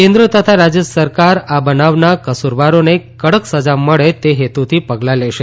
કેન્દ્ર તથા રાજય સરકાર આ બનાવના કસુરવારોને કડક સજા મળે તે હેતુથી પગલા લેશે